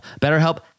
BetterHelp